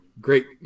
Great